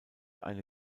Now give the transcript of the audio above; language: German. eine